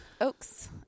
oaks